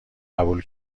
قبول